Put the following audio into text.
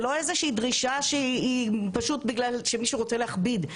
זה לא איזושהי דרישה שבאה בגלל שמישהו רוצה להכביד.